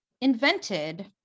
invented